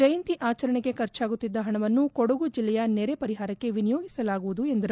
ಜಯಂತಿ ಆಚರಣೆಗೆ ಖರ್ಚಾಗುತ್ತಿದ್ದ ಹಣವನ್ನು ಕೊಡಗು ಜಿಲ್ಲೆಯ ನೆರೆ ಪರಿಹಾರಕ್ಕೆ ವಿನಿಯೋಗಿಸಲಾಗುವುದು ಎಂದರು